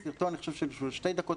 זה סרטון של שתי דקות,